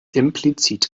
implizit